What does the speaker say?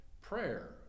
prayer